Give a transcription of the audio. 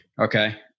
Okay